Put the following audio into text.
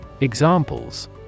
Examples